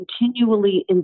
continually